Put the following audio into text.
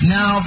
Now